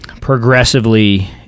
progressively